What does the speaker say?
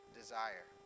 desire